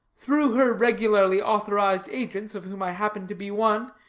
through her regularly-authorized agents, of whom i happen to be one,